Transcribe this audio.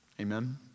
Amen